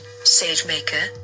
SageMaker